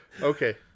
Okay